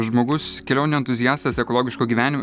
žmogus kelionių entuziastas ekologiško gyvenim